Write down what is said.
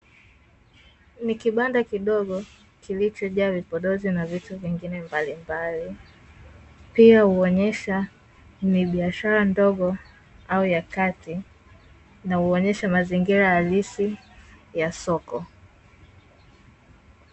Ni kibanda kidogo kilichojaa vipodozi na vitu vingine mbalimbali. Pia huonyesha ni biashara ndogo au ya kati na huonyesha mazingira halisi ya soko.